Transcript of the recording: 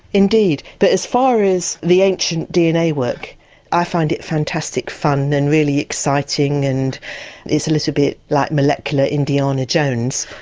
indeed but as far as the ancient dna work i find it fantastic fun and really exciting and is a little bit like a molecular indiana jones,